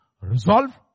resolve